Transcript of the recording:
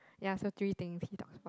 ya so three things he talks about